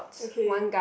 okay